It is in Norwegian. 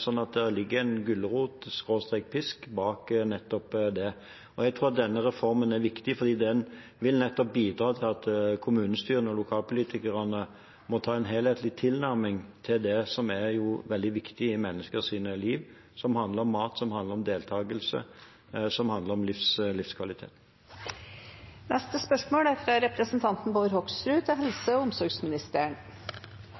så det ligger en gulrot/pisk bak nettopp det. Jeg tror at denne reformen er viktig, fordi den vil bidra til at kommunestyrene og lokalpolitikerne må ta en helhetlig tilnærming til det som er veldig viktig i menneskers liv, det som handler som mat, som handler om deltagelse, som handler om livskvalitet. «Sluttrapporten «Hendelsesanalyse. Intern smitte covid-19» for Sykehuset Telemark er